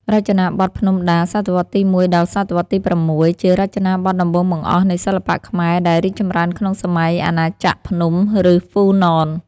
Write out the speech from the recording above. រចនាបថភ្នំដា សតវត្សទី១ ដល់ សតវត្សទី៦ ជារចនាបថដំបូងបង្អស់នៃសិល្បៈខ្មែរ ដែលរីកចម្រើនក្នុងសម័យអាណាចក្រភ្នំ ឫហ្វូណន។